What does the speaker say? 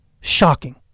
Shocking